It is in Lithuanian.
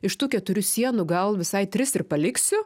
iš tų keturių sienų gal visai tris ir paliksiu